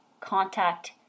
contact